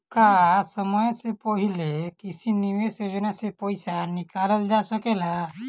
का समय से पहले किसी निवेश योजना से र्पइसा निकालल जा सकेला?